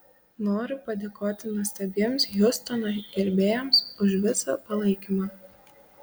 noriu padėkoti nuostabiems hjustono gerbėjams už visą palaikymą